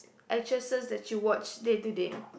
actresses that you watch day to day